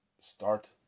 start